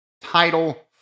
Title